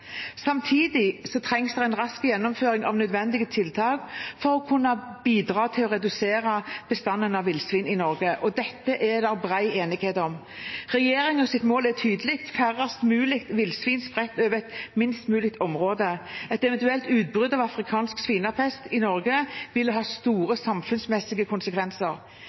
Samtidig trengs det en rask gjennomføring av nødvendige tiltak som kan bidra til å redusere bestanden av villsvin i Norge, og dette er det bred enighet om. Regjeringens mål er tydelig: færrest mulig villsvin spredt over et minst mulig område. Et eventuelt utbrudd av afrikansk svinepest i Norge vil ha store samfunnsmessige konsekvenser.